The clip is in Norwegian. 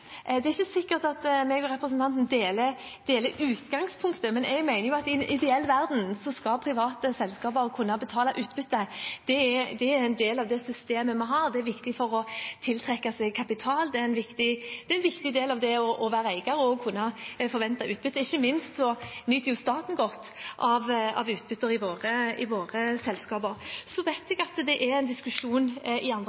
Det er ikke sikkert at representanten og jeg deler utgangspunktet, men jeg mener at i en ideell verden skal private selskaper kunne betale utbytte. Det er en del av det systemet vi har. Det er viktig for å tiltrekke seg kapital, det er en viktig del av det å være eier å kunne forvente utbytte. Ikke minst nyter staten godt av utbytte i våre selskaper. Jeg vet at det er en diskusjon i andre